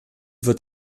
wird